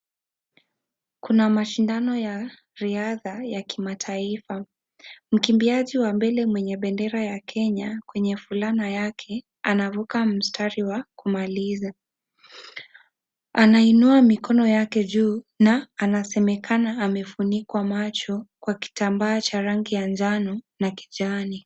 Kuna mashindano ya riadha ya kimataifa. Mkimbiaji wa mbele mwenye bendera ya Kenya , kwenye fulana yake anaruka mstari wa kumaliza. Anainua mikono yake juu na anasemekana amefunikwa macho, na kitambaa cha rangi ya njano na kijani.